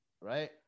Right